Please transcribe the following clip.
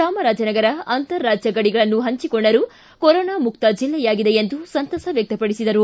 ಚಾಮರಾಜನಗರ ಅಂತಾರಾಜ್ಯ ಗಡಿಗಳನ್ನು ಪಂಚಿಕೊಂಡರೂ ಕೊರೊನಾ ಮುಕ್ತ ಜೆಲ್ಲೆಯಾಗಿದೆ ಎಂದು ಸಂತಸ ವ್ಯಕ್ತಪಡಿಸಿದರು